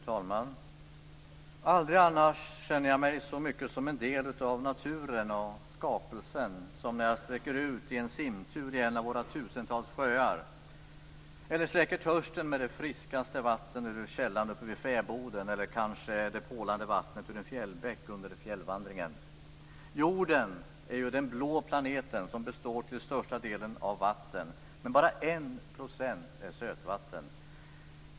Fru talman! Aldrig annars känner jag mig så mycket som en del av naturen och skapelsen som när jag sträcker ut i en simtur i en av våra tusentals sjöar eller släcker törsten med det friskaste vatten ur källan uppe vid fäboden eller kanske det porlande vattnet ur en fjällbäck under fjällvandringen. Jorden är den blå planeten som till största delen består av vatten, men bara 1 % är sötvatten.